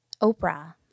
Oprah